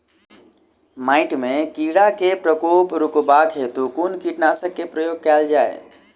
माटि मे कीड़ा केँ प्रकोप रुकबाक हेतु कुन कीटनासक केँ प्रयोग कैल जाय?